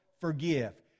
forgive